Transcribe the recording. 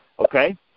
okay